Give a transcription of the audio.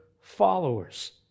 followers